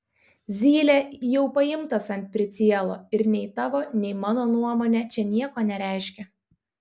zylė jau paimtas ant pricielo ir nei tavo nei mano nuomonė čia nieko nereiškia